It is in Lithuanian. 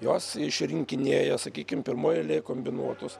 jos išrinkinėja sakykim pirmoj eilėj kombinuotus